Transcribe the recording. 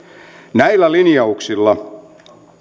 näillä linjauksilla